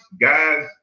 guys